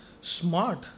smart